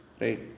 right